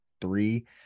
three